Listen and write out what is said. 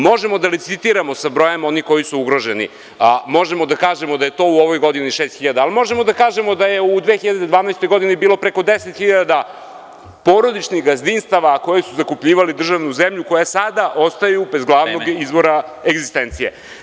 Možemo da licitiramo sa brojem onih koji su ugroženi, možemo da kažemo da je to u ovoj godini šest hiljada, ali možemo da kažemo da je u 2012. godini bilo preko 10 hiljada porodičnih gazdinstva koja su zakupljivala državnu zemlju, koja sada ostaju bez glavnog izvora egzistencije.